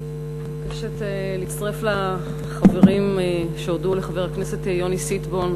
אני מבקשת להצטרף לחברים שהודו לחבר הכנסת יוני שטבון,